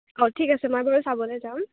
অঁ ঠিক আছে মই বাৰু চাবলৈ যাম